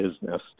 business